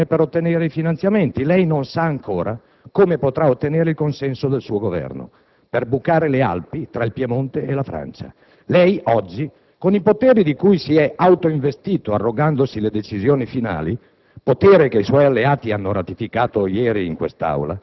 passerà a nord delle Alpi. Entro settembre scade il termine per ottenere i finanziamenti europei: lei non sa ancora come potrà ottenere il consenso dal suo Governo per bucare le Alpi tra il Piemonte e la Francia. Lei, oggi, con i poteri di cui si è autoinvestito arrogandosi le decisioni finali